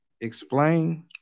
explain